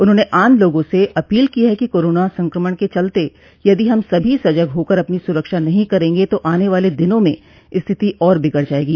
उन्होंने आम लोगों से अपील की है कि कोरोना संक्रमण के चलते यदि हम सभी सजग होकर अपनी सुरक्षा नहीं करेंगे तो आने वाले दिनों में स्थिति और बिगड़ जाएगी